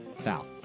Foul